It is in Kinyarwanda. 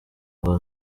ngo